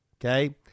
Okay